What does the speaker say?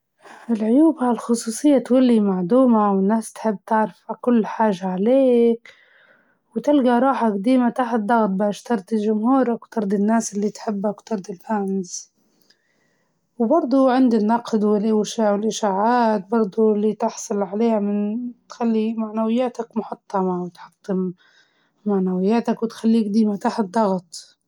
بصراحة نحب نقضي هيك الأسبوع مع الأهل، أو الأصدقاء، مرات نطلع كافيه، ولا نمشي البحر، أو حتى نقعد في البيت ونشوف مسلسلاتي المفضلة، الوقت بالنسبة ليا هو للراحة، وتجديد الطاقة.